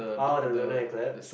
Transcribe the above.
orh the lunar eclipse